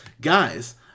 guys